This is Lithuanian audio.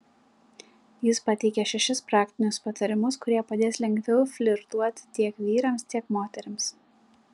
jis pateikia šešis praktinius patarimus kurie padės lengviau flirtuoti tiek vyrams tiek moterims